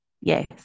yes